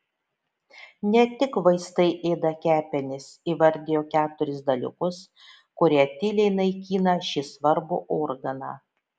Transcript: ne tik vaistai ėda kepenis įvardijo keturis dalykus kurie tyliai naikina šį svarbų organą